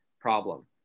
problem